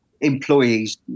employees